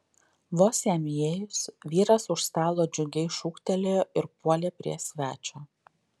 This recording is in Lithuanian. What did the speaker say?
vos jam įėjus vyras už stalo džiugiai šūktelėjo ir puolė prie svečio